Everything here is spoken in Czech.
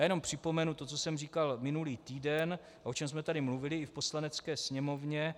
Jenom připomenu to, co jsem říkal minulý týden a o čem jsme tady mluvili i v Poslanecké sněmovně.